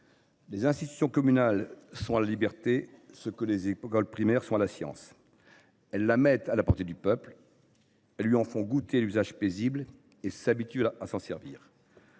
Les institutions communales sont à la liberté ce que les écoles primaires sont à la science ; elles la mettent à la portée du peuple ; elles lui en font goûter l’usage paisible et l’habituent à s’en servir.